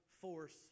force